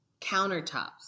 countertops